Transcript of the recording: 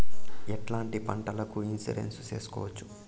ఎట్లాంటి పంటలకు ఇన్సూరెన్సు చేసుకోవచ్చు?